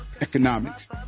economics